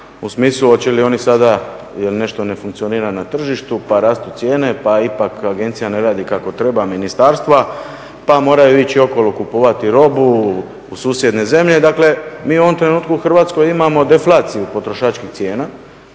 u smislu hoće li oni sada, jer nešto ne funkcionira na tržištu pa rastu cijene pa ipak agencija ne radi kako treba, ministarstva, pa moraju ići okolo kupovati robu u susjedne zemlje. Dakle mi u ovom trenutku u Hrvatskoj imamo deflaciju potrošačkih cijena